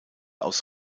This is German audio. aus